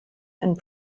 and